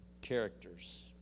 characters